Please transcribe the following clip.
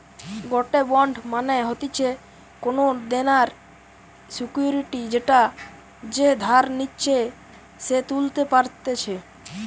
গটে বন্ড মানে হতিছে কোনো দেনার সিকুইরিটি যেটা যে ধার নিচ্ছে সে তুলতে পারতেছে